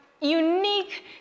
unique